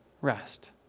rest